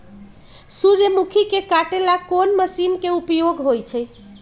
सूर्यमुखी के काटे ला कोंन मशीन के उपयोग होई छइ?